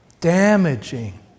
Damaging